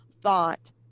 thought